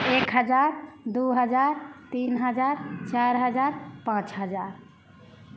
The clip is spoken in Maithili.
एक हजार दू हजार तीन हजार चारि हजार पाँच हजार